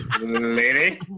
Lady